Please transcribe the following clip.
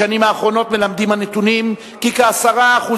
בשנים האחרונות מלמדים הנתונים כי כ-10%